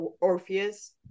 Orpheus